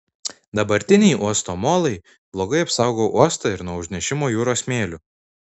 dabartiniai uosto molai blogai apsaugo uostą ir nuo užnešimo jūros smėliu